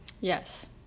Yes